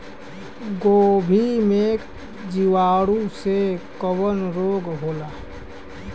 गोभी में जीवाणु से कवन रोग होला?